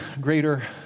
greater